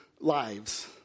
lives